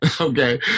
Okay